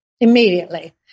immediately